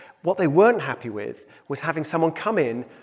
what they weren't happy with was having someone come in,